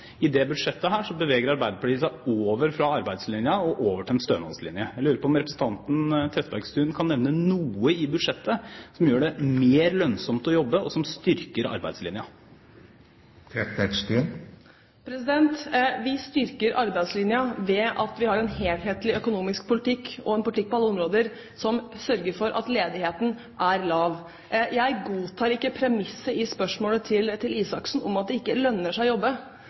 I dette budsjettet beveger Arbeiderpartiet seg fra arbeidslinjen og over til en stønadslinje. Jeg lurer på om representanten Trettebergstuen kan nevne noe i budsjettet som gjør det mer lønnsomt å jobbe, og som styrker arbeidslinjen? Vi styrker arbeidslinja ved at vi har en helhetlig økonomisk politikk og en politikk på alle områder som sørger for at ledigheten er lav. Jeg godtar ikke premisset i spørsmålet til representanten Røe Isaksen om at det ikke lønner seg å jobbe.